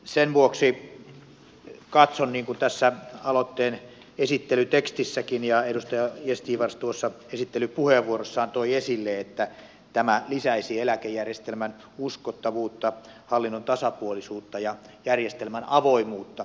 sen vuoksi katson niin kuin tässä aloitteen esittelytekstissäkin tuodaan ja edustaja gästgivars tuossa esittelypuheenvuorossaan toi esille että tämä lisäisi eläkejärjestelmän uskottavuutta hallinnon tasapuolisuutta ja järjestelmän avoimuutta